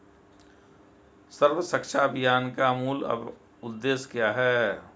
सर्व शिक्षा अभियान का मूल उद्देश्य क्या है?